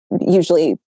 usually